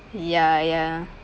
ya ya